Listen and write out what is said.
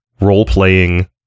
role-playing